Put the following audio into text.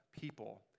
people